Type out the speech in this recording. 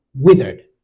withered